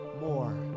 more